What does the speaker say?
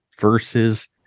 versus